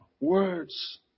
Words